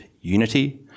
unity